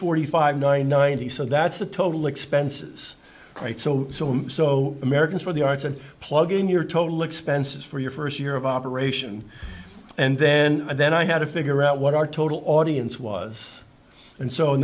forty five nine ninety so that's the total expenses right so so so americans for the arts and plug in your total expenses for your first year of operation and then then i had to figure out what our total audience was and so in